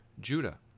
Judah